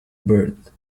birth